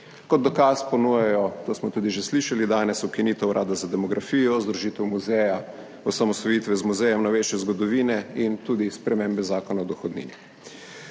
Kot dokaz ponujajo – to smo tudi že slišali danes – ukinitev Urada za demografijo, združitev muzeja osamosvojitve z Muzejem novejše zgodovine in tudi spremembe Zakona o dohodnini.